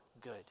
good